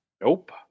Nope